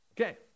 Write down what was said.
Okay